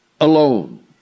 alone